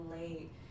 late